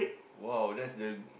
!wow! that's the